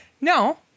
No